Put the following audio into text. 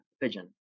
pigeon